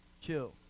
chill